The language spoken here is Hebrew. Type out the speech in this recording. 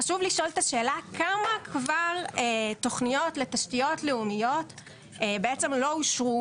חשוב לשאול את השאלה כמה כבר תוכניות לתשתיות לאומיות בעצם לא אושרו,